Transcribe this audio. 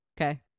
Okay